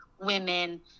women